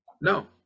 no